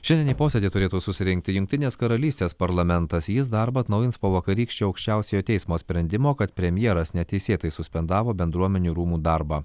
šiandien į posėdį turėtų susirinkti jungtinės karalystės parlamentas jis darbą atnaujins po vakarykščio aukščiausiojo teismo sprendimo kad premjeras neteisėtai suspendavo bendruomenių rūmų darbą